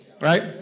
right